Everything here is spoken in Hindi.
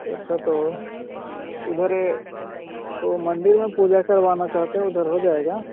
अच्छा तो उधर यह तो मंदिर में पूजा करवाना चाहते हैं उधर हो जाएगी